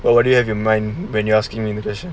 well what do you have your mind when you asking me the question